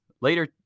later